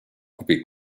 coupés